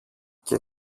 και